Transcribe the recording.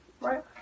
Right